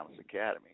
Academy